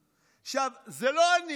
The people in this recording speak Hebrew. עכשיו, זה לא אני.